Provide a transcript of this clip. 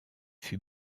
fut